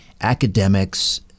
academics